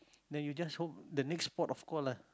then you just hope the next port of call lah